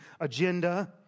agenda